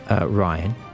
Ryan